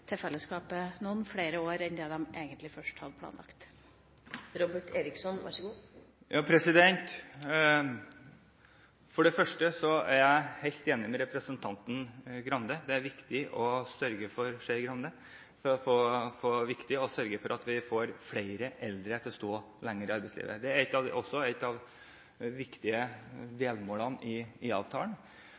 til fellesskapet noen flere år enn de egentlig hadde planlagt? For det første er jeg helt enig med representanten Skei Grande – det er viktig å sørge for at vi får flere eldre til å stå lenger i arbeidslivet. Det er også et av de viktige delmålene i avtalen. Det står også klart og tydelig i